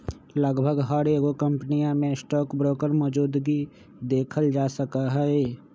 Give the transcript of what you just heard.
लगभग हर एगो कम्पनीया में स्टाक ब्रोकर मौजूदगी देखल जा सका हई